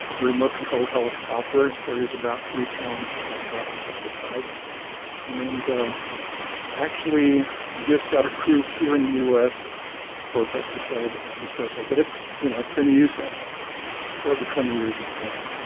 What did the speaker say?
remote controlled helicopter and carries about three pounds of pesticide and actually just got approved here in the us for pesticide dispersal. but it's you know it's been used for over twenty years in japan.